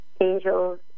angels